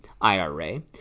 IRA